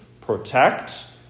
protect